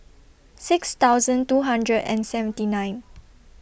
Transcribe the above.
six thousand two hundred and seventy nine